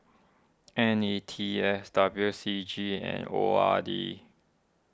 N E T S W C G and O R D